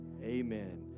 Amen